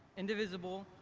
indivisible,